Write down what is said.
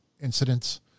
incidents